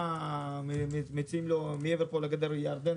מה מציעים לו בעקבה בירדן,